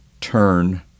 turn